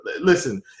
listen